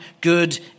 good